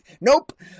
nope